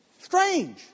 Strange